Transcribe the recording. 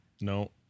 no